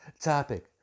topic